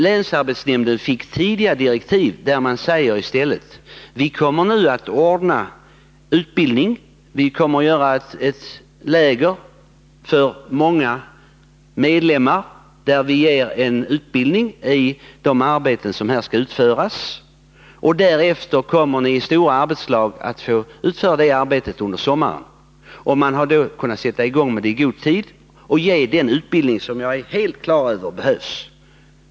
Länsarbetsnämnderna borde få tidiga direktiv som skulle innebära att man kunde säga: Vi kommer nu att ordna utbildning, vi kommer att ha ett läger för många deltagare där vi ger en utbildning i de arbeten som här skall utföras. Därefter kommer ni i stora arbetslag att få utföra det arbetet under sommaren. — Man skulle då kunna sätta i gång med det i god tid och ge den utbildning som jag är helt klar över behövs.